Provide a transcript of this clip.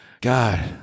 God